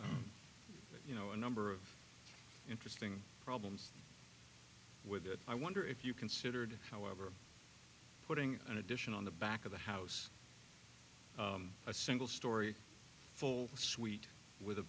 you know a number of interesting problems with it i wonder if you considered however putting an addition on the back of the house a single storey full suite with a